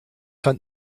hunt